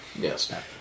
Yes